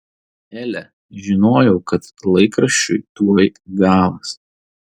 ele žinojau kad laikraščiui tuoj galas